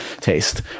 taste